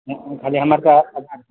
खाली हमर कऽ आधार कार्ड